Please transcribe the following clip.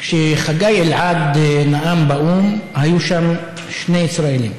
כשחגי אלעד נאם באו"ם היו שם שני ישראלים: